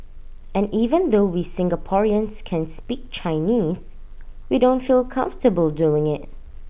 and even though we Singaporeans can speak Chinese we don't feel comfortable doing IT